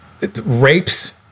Rapes